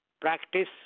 practice